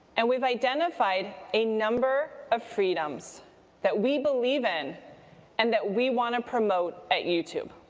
and we've identified a number of freedoms that we believe in and that we want to promote at youtube.